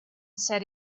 set